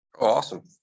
Awesome